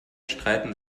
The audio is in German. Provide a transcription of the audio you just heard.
streiten